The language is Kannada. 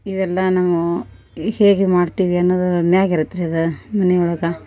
ಇವೆಲ್ಲಾನೂ ಹೇಗೆ ಮಾಡ್ತೀವಿ ಅನ್ನುದದರ ಮ್ಯಾಗೆ ಇರತ್ತೆ ರೀ ಅದು ಮನಿಯೊಳಗ